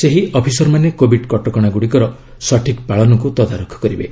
ସେହି ଅଫିସରମାନେ କୋବିଡ୍ କଟକଣାଗୁଡ଼ିକର ସଠିକ ପାଳନକୁ ତଦାରଖ କରିବେ